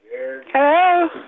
Hello